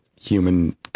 human